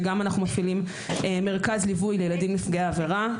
וגם אנחנו מפעילים מרכז ליווי לילדים נפגעי עבירה,